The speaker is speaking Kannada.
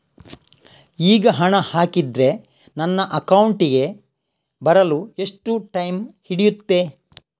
ಈಗ ಹಣ ಹಾಕಿದ್ರೆ ನನ್ನ ಅಕೌಂಟಿಗೆ ಬರಲು ಎಷ್ಟು ಟೈಮ್ ಹಿಡಿಯುತ್ತೆ?